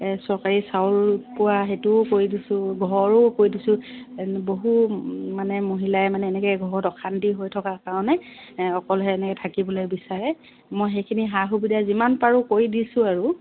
এই চৰকাৰী চাউল পোৱা সেইটোও কৰি দিছোঁ ঘৰো কৰি দিছোঁ বহু মানে মহিলাই মানে এনেকৈ ঘৰত অশান্তি হৈ থকাৰ কাৰণে অকলশৰে এনেকৈ থাকিবলৈ বিচাৰে মই সেইখিনি সা সুবিধা যিমান পাৰোঁ কৰি দিছোঁ আৰু